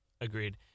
agreed